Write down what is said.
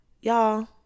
y'all